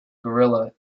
guerilla